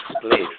please